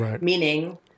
meaning